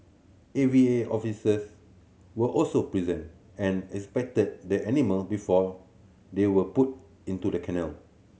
A V A officers were also present and inspected the animal before they were put into the kennel